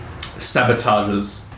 sabotages